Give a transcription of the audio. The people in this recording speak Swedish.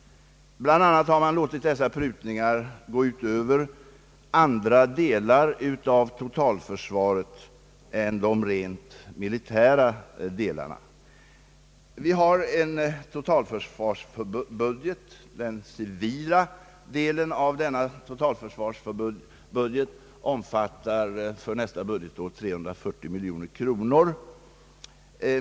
Bland annat har man låtit dessa prutningar gå ut över andra delar av totalförsvaret än de rent militära delarna. Vi har en totalförsvarsbudget, och den civila delen av denna totalförsvarsbudget omfattar för nästa budgetår 340 miljoner kronor.